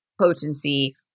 potency